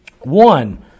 One